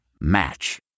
Match